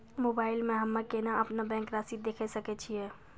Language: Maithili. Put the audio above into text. मोबाइल मे हम्मय केना अपनो बैंक रासि देखय सकय छियै?